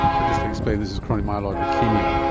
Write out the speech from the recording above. so, just to explain, this is chronic myeloid leukaemia,